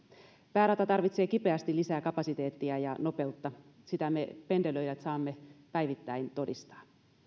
päärata tarvitsee kipeästi lisää kapasiteettia ja nopeutta sitä me pendelöijät saamme päivittäin todistaa